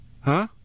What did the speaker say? Huh